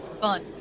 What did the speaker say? fun